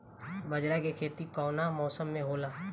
बाजरा के खेती कवना मौसम मे होला?